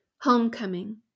Homecoming